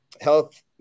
health